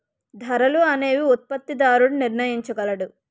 ధరలు అనేవి ఉత్పత్తిదారుడు నిర్ణయించగలడు